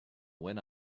when